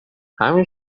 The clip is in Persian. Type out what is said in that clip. همین